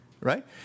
right